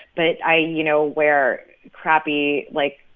but i, you know, wear crappy, like,